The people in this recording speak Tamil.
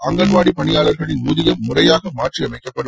அங்கன்வாடி பணியாளர்களின் ஊதியம் முறையாக மாற்றி அமைக்கப்படும்